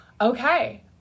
okay